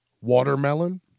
watermelon